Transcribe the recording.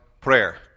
prayer